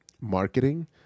marketing